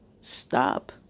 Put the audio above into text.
Stop